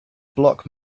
block